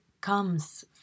comes